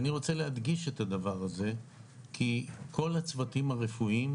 צריך לאבטח גם את מרפאות הקהילה,